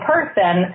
person